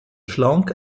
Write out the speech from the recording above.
schlank